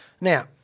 now